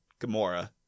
Gamora